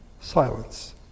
Silence